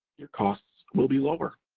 your costs will be lower.